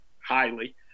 highly